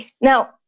Now